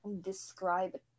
describe